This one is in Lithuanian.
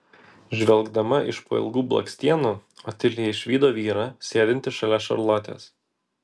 žvelgdama iš po ilgų blakstienų otilija išvydo vyrą sėdintį šalia šarlotės